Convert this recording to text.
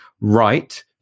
right